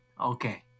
Okay